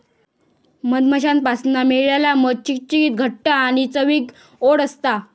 मधमाश्यांपासना मिळालेला मध चिकचिकीत घट्ट आणि चवीक ओड असता